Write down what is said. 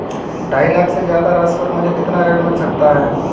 ढाई लाख से ज्यादा राशि पर मुझे कितना ऋण मिल सकता है?